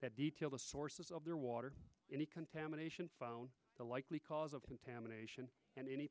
that detail the sources of their water any contamination found the likely cause of contamination and any